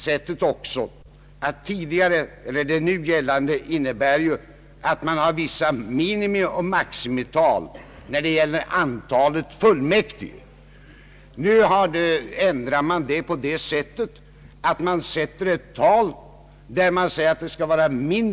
De nu gällande bestämmelserna innebär också att man har vissa minimioch maximital när det gäller antalet fullmäktige. Nu sker en ändring på det sättet att man fastställer ett minimiantal, men det finns inget tak.